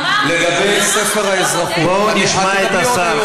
לומר שאתה לא, בואו נשמע את השר.